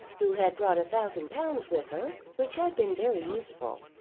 who had brought a thousand pounds with her, which had been very useful.